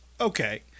Okay